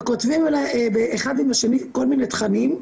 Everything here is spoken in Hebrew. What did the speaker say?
וכותבים אחד עם השני כל מיני תכנים.